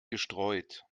gestreut